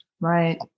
Right